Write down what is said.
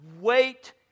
wait